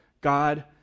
God